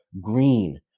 green